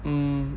um